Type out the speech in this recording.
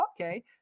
okay